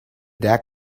that